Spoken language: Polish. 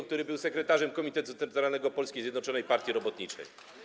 który był sekretarzem Komitetu Centralnego Polskiej Zjednoczonej Partii Robotniczej.